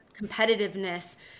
competitiveness